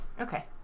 Okay